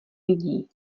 lidí